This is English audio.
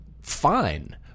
Fine